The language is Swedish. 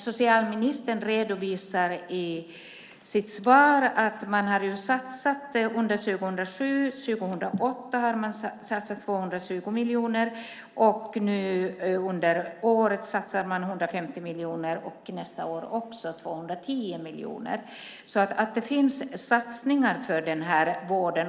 Socialministern redovisar i sitt svar att man under 2007 och 2008 har satsat 220 miljoner. Det här året satsar man 150 miljoner och nästa år 210 miljoner. Det görs alltså satsningar på den här vården.